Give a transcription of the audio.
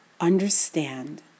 Understand